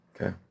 Okay